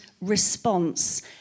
response